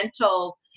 mental